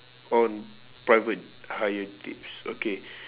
or private hire tips okay